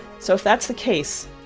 so if that's the case,